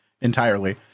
entirely